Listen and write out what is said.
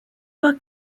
were